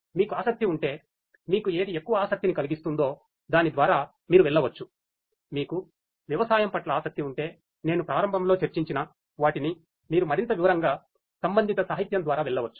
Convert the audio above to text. మీకు ఆసక్తి ఉంటే మీకు ఏది ఎక్కువ ఆసక్తిని కలిగిస్తుందో దాని ద్వారా మీరు వెళ్ళవచ్చు మీకు వ్యవసాయం పట్ల ఆసక్తి ఉంటే నేను ప్రారంభంలో చర్చించిన వాటిని మీరు మరింత వివరంగా సంబంధిత సాహిత్యం ద్వారా వెళ్ళవచ్చు